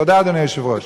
תודה, אדוני היושב-ראש.